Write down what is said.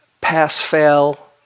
pass-fail